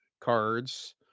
cards